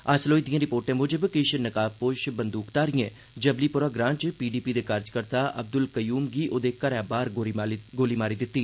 हासल होई दिए रिपोर्टे मुजब किश नकाबपोश बंदूकघारिए जबलीपोरा ग्रां च पीडीपी कार्यकर्ता अब्दुल कयूम गी ओहदे घरै बाहर गोली मारी दित्ता